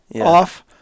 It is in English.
off